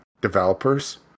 developers